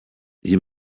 you